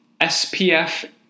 SPF